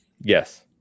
yes